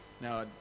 Now